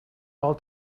all